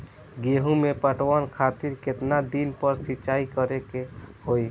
गेहूं में पटवन खातिर केतना दिन पर सिंचाई करें के होई?